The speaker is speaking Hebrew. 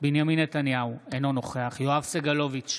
בנימין נתניהו, אינו נוכח יואב סגלוביץ'